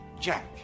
Jack